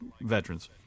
veterans